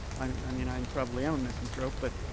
i mean, i um probably am a misanthrope. but